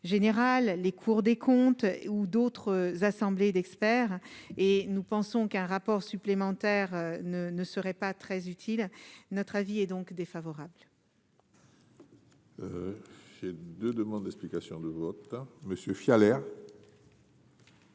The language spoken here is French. les cours des comptes et ou d'autres assemblées d'experts et nous pensons qu'un rapport supplémentaire ne ne seraient pas très utiles, notre avis est donc défavorable. J'ai 2 demandes d'explications de vote monsieur fille